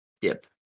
dip